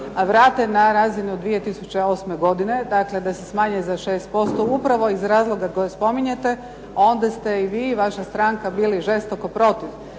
vrate na razinu 2008. godine, dakle da se smanje za 6% upravo iz razloga koje spominjete onda ste i vi i vaša stranka bili žestoko protiv.